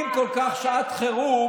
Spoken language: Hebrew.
אם כל כך שעת חירום,